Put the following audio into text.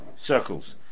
circles